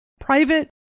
private